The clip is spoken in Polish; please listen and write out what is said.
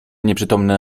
nieprzytomne